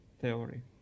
theory